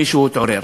מישהו התעורר.